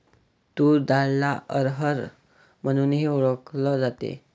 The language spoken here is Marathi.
तूर डाळला अरहर म्हणूनही ओळखल जाते